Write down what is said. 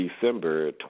December